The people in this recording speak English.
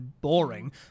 boring